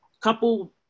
couple